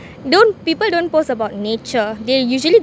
don't people don't post about nature they usually